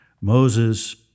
Moses